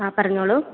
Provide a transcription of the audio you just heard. ആ പറഞ്ഞോളൂ